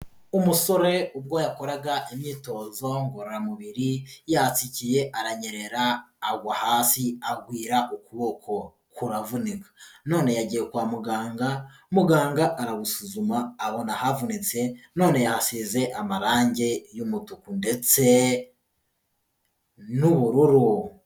Umusore ubwo yakoraga imyitozo ngororamubiri yatsiye aranyerera agwa hasi agwira ukuboko kuravunika. None yagiye kwa muganga, muganga arabusuzuma abona ahavunitse, none yahasize amarange y'umutuku ndetse n'ubururu.